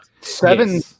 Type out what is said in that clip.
seven